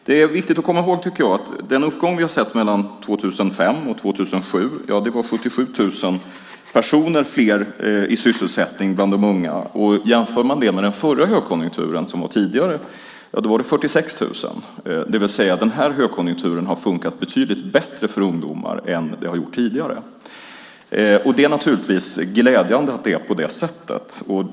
Det är viktigt att komma ihåg att den uppgång som vi har sett mellan 2005 och 2007 innebar 77 000 fler i sysselsättning bland de unga. Jämför man det med den tidigare högkonjunkturen - då var siffran 46 000 - kan man se att den senaste högkonjunkturen har varit betydligt bättre för ungdomar. Det är naturligtvis glädjande att det är så.